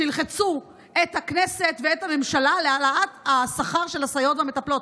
שילחצו את הכנסת ואת הממשלה להעלות את השכר של הסייעות והמטפלות,